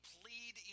plead